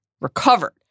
recovered